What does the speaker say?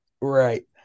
right